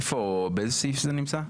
איפה באיזה סעיף זה נמצא?